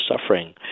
suffering